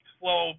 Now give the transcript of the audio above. slow